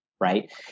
right